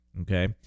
okay